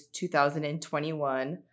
2021